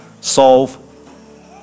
solve